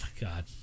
God